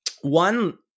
One